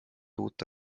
uute